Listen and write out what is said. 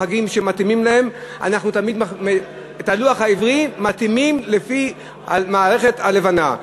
את הלוח העברי אנחנו מתאימים לפי מערכת הלבנה,